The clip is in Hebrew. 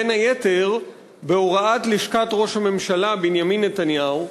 בין היתר בהוראת לשכת ראש הממשלה בנימין נתניהו.